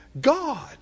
God